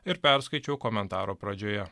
ir perskaičiau komentaro pradžioje